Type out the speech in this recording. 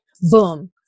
boom